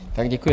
Děkuji.